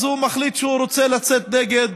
אז הוא מחליט שהוא רוצה לצאת נגד